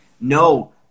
no